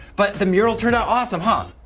but the mural turned out awesome, huh!